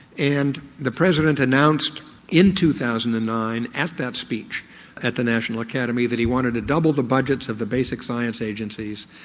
and the president announced in two thousand and nine in that speech at the national academy that he wanted to double the budgets of the basic science agencies,